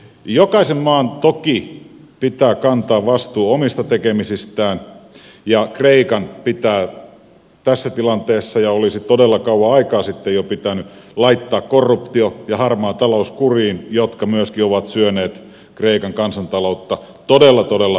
jokaisen maan toki pitää kantaa vastuu omista tekemisistään ja kreikan pitää tässä tilanteessa ja olisi todella kauan aikaa sitten jo pitänyt laittaa kuriin korruptio ja harmaa talous jotka myöskin ovat syöneet kreikan kansantaloutta todella todella paljon